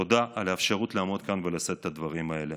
תודה על האפשרות לעמוד כאן ולשאת את הדברים האלה.